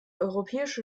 europäische